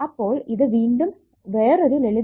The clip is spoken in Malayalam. അപ്പോൾ ഇത് വീണ്ടും വേറൊരു ലളിതമായ ഉദാഹരണം ആണ്